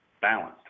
balanced